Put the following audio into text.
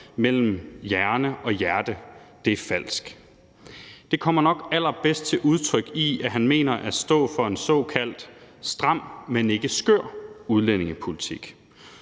mellem hjerne og hjerte er falsk. Det kommer nok allerbedst til udtryk i, at han mener, at han står for en såkaldt stram, men ikke skør udlændingepolitik.